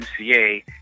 MCA